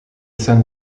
sent